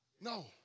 No